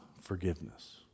forgiveness